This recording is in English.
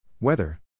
Weather